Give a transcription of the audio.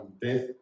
death